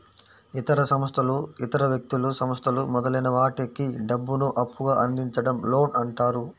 ఇతర సంస్థలు ఇతర వ్యక్తులు, సంస్థలు మొదలైన వాటికి డబ్బును అప్పుగా అందించడం లోన్ అంటారు